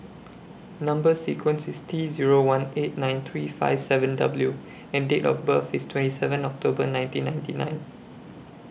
Number sequence IS T Zero one eight nine three five seven W and Date of birth IS twenty seven October nineteen ninety nine